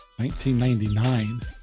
1999